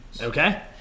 Okay